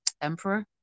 emperor